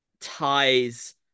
ties